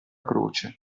croce